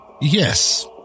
Yes